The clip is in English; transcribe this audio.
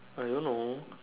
I don't know